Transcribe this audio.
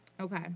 Okay